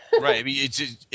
Right